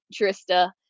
Trista